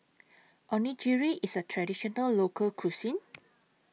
Onigiri IS A Traditional Local Cuisine